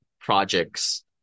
projects